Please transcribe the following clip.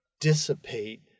dissipate